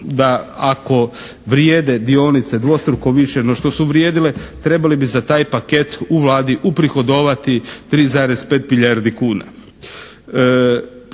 da ako vrijede dionice dvostruko više no što su vrijedile, trebali bi za taj paket u Vladi uprihodovati 3,5 milijardi kuna.